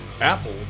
Apple